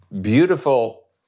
beautiful